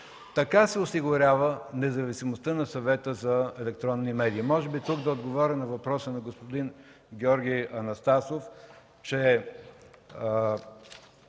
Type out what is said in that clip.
Така се осигурява независимостта на Съвета за електронни медии. Тук ще отговоря на въпроса на господин Георги Анастасов – че